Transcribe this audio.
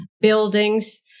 buildings